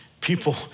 People